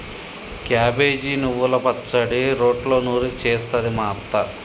cabbage నువ్వల పచ్చడి రోట్లో నూరి చేస్తది మా అత్త